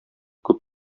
күп